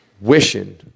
Wishing